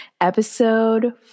episode